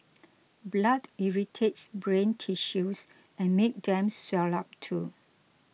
blood irritates brain tissues and make them swell up too